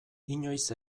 inoiz